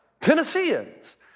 Tennesseans